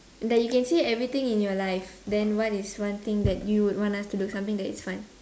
that you can see everything in your life then what is one thing that you would want us to do something that is fun